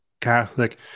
Catholic